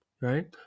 right